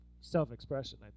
self-expression